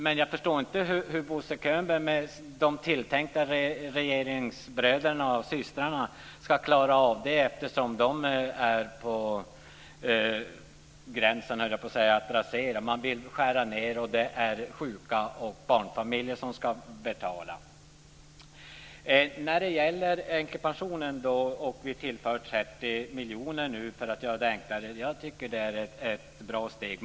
Men jag förstår inte hur Bo Könberg med de tilltänkta regeringsbröderna och systrarna ska klara av det eftersom de är på gränsen till att, höll jag på att säga, rasera. Man vill skära ned, och det är sjuka och barnfamiljer som ska betala. Så till änkepensionen. Vi tillför nu 30 miljoner för att göra det enklare. Jag tycker att det är ett bra steg.